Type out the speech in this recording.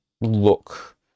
look